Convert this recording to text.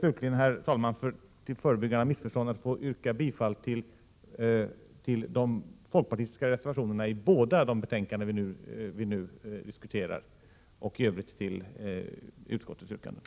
Slutligen ber jag, till förebyggande av missförstånd, att få yrka bifall till de folkpartistiska reservationerna i båda de betänkanden som vi nu diskuterar och i övrigt bifall till utskottets hemställan.